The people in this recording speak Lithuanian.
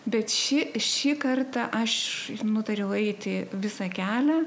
bet šį šį kartą aš nutariau eiti visą kelią